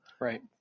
Right